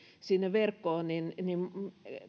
sinne verkkoon niin niin